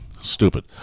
Stupid